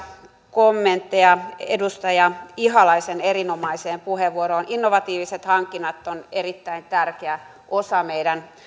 kommentteja edustaja ihalaisen erinomaiseen puheenvuoroon innovatiiviset hankinnat ovat erittäin tärkeä osa meidän